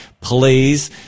please